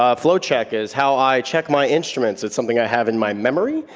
um flow check is how i check my instruments, it's something i have in my memory.